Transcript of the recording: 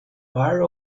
bar